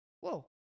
whoa